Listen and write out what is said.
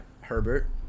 Herbert